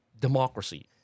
democracy